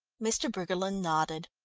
mr. briggerland nodded.